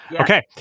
Okay